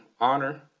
honor